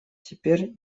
теперь